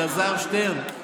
אלעזר שטרן,